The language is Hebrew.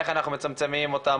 איך אנחנו מצמצמים אותה,